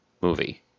movie